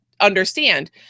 understand